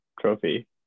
trophy